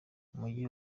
umujyi